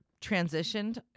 transitioned